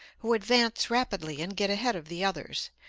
who advance rapidly and get ahead of the others,